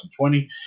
2020